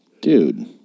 Dude